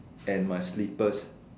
and my slippers